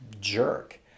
jerk